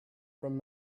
from